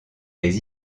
les